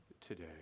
today